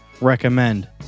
recommend